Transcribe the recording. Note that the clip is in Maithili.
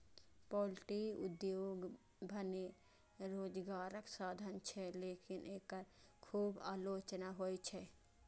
पॉल्ट्री उद्योग भने रोजगारक साधन छियै, लेकिन एकर खूब आलोचना होइ छै